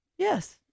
Yes